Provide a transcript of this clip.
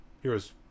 Heroes